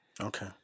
Okay